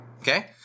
Okay